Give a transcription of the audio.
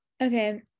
Okay